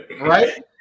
right